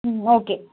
ம் ஓகே